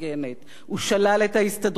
הוא שלל את ההסתדרות הכללית.